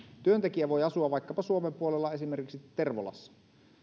työntekijä voi asua vaikkapa suomen puolella esimerkiksi tervolassa